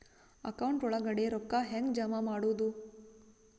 Account ಒಳಗಡೆ ರೊಕ್ಕ ಹೆಂಗ್ ಜಮಾ ಮಾಡುದು?